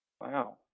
Wow